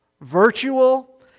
Virtual